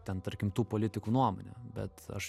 ten tarkim tų politikų nuomonę bet aš